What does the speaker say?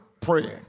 praying